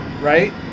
Right